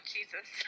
Jesus